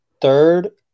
third